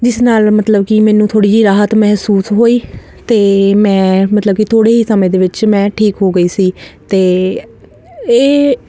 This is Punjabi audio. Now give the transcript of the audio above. ਜਿਸ ਨਾਲ ਮਤਲਬ ਕਿ ਮੈਨੂੰ ਥੋੜ੍ਹੀ ਜਿਹੀ ਰਾਹਤ ਮਹਿਸੂਸ ਹੋਈ ਅਤੇ ਮੈਂ ਮਤਲਬ ਕਿ ਥੋੜ੍ਹੇ ਹੀ ਸਮੇਂ ਦੇ ਵਿੱਚ ਮੈਂ ਠੀਕ ਹੋ ਗਈ ਸੀ ਅਤੇ ਇਹ